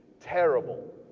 terrible